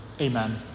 amen